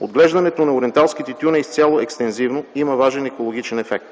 Отглеждането на ориенталски тютюн е изцяло екстензивно и има важен екологичен ефект.